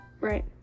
right